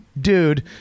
dude